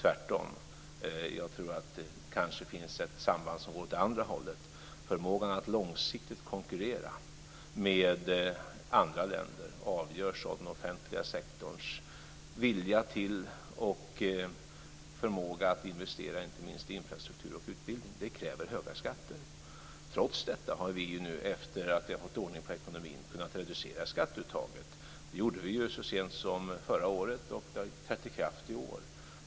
Tvärtom. Jag tror att det kanske finns ett samband åt andra hållet. Förmågan att långsiktigt konkurrera med andra länder avgörs av den offentliga sektorns vilja till och förmåga att investera inte minst i infrastruktur och utbildning. Det kräver höga skatter. Trots detta har vi, efter det att vi fått ordning på ekonomin, kunnat reducera skatteuttaget. Det gjorde vi så sent som förra året, och det har trätt i kraft i år.